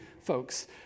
folks